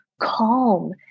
calm